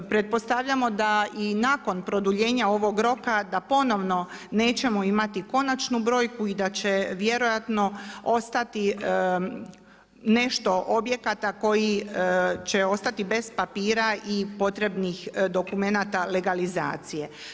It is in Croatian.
Pretpostavljamo da i nakon produljenja ovog roka, da ponovno nećemo imati konačnu brojku i da će vjerojatno ostati nešto objekata koji će ostati bez papira i potrebnih dokumenata legalizacije.